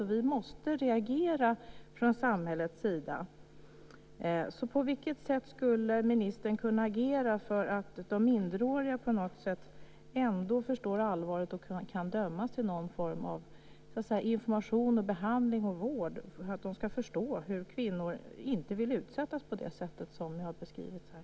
Från samhällets sida måste vi reagera. Därför undrar jag på vilket sätt ministern skulle kunna agera för att få de minderåriga att på något sätt förstå allvaret och för att de ska kunna dömas i någon form - genom information, behandling eller vård - just för att de ska förstå att kvinnor inte vill utsättas på det sätt som jag har beskrivit här.